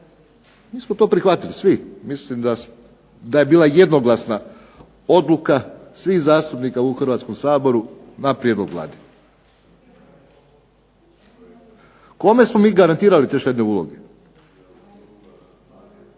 Mi smo to prihvatili svi. Mislim da je bila jednoglasna odluka svih zastupnika u Hrvatskom saboru na prijedlog Vlade. Kome smo mi garantirali te štedne uloge?